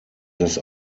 dass